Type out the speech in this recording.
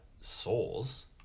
souls